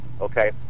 okay